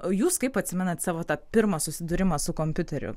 o jūs kaip atsimenat savo tą pirmą susidūrimą su kompiuteriu